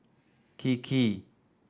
kiki